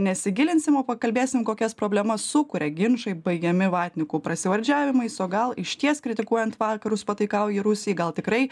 nesigilinsim o pakalbėsim kokias problemas sukuria ginčai baigiami vatnikų prasivardžiavimais o gal išties kritikuojant vakarus pataikauji rusijai gal tikrai